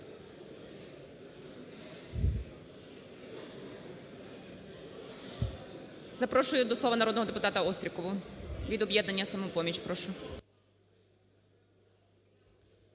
Запрошую до слова народного депутата Острікову від "Об'єднання "Самопоміч". Прошу.